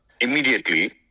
immediately